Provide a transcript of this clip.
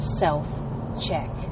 self-check